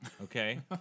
okay